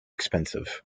expensive